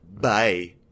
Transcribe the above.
bye